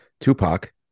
Tupac